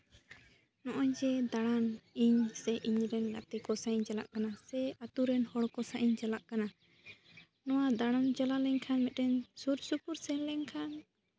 ᱱᱚᱜᱼᱚᱭ ᱡᱮ ᱫᱟᱬᱟᱱ ᱤᱧ ᱥᱮ ᱤᱧᱨᱮᱱ ᱜᱟᱛᱮ ᱠᱚ ᱥᱟᱶ ᱤᱧ ᱪᱟᱞᱟᱜ ᱠᱟᱱᱟ ᱥᱮ ᱟᱛᱳ ᱨᱮᱱ ᱦᱚᱲ ᱠᱚ ᱥᱟᱶ ᱤᱧ ᱪᱟᱞᱟᱜ ᱠᱟᱱᱟ ᱱᱚᱣᱟ ᱫᱟᱬᱟᱱ ᱪᱟᱞᱟᱣ ᱞᱮᱱᱠᱷᱟᱱ ᱢᱤᱫᱴᱟᱝ ᱥᱩᱨᱼᱥᱩᱯᱩᱨ ᱥᱮᱱ ᱞᱮᱱᱠᱷᱟᱱ